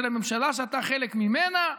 של הממשלה שאתה חלק ממנה?